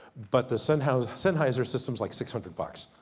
but the sennheiser sennheiser system is like six hundred bucks.